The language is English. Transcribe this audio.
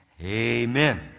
Amen